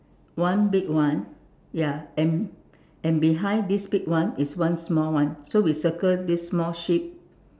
one big one ya and and behind this big one is one small one so we circle this small sheep